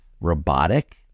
robotic